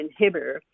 inhibitor